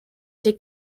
take